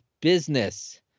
business